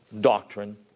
doctrine